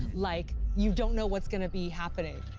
like you don't know what's gonna be happening.